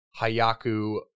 Hayaku